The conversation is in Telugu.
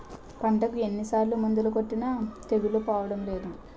పంటకు ఎన్ని సార్లు మందులు కొట్టినా తెగులు పోవడం లేదు